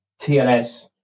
TLS